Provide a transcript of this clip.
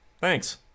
Thanks